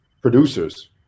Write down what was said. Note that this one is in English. producers